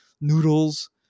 noodles